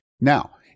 Now